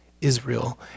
Israel